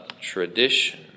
tradition